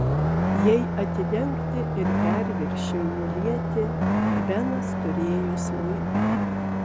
jai atidengti ir perviršiui nulieti benas turėjo smuiką